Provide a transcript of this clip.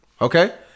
okay